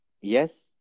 yes